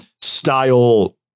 style